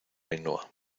ainhoa